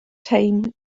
teim